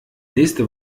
nächste